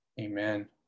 Amen